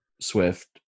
Swift